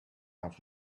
out